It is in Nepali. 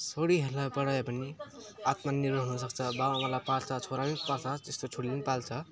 छोरीहरूलाई पढायो भने आत्मनिर्भर हुनसक्छ बाउआमालाई पाल्छ छोराले पनि पाल्छ त्यस्तो छोरीले पनि पाल्छ